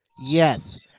Yes